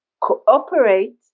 cooperate